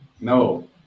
No